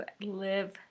live